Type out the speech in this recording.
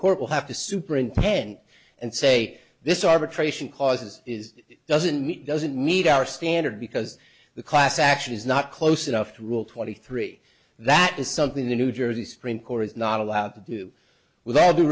court will have to superintend and say this arbitration clauses is doesn't meet doesn't meet our standard because the class action is not close enough to rule twenty three that is something the new jersey supreme court is not allowed to do with all due